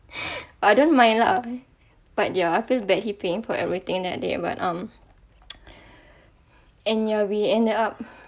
I don't mind lah but ya I feel bad he paying for everything that day but um and ya we ended up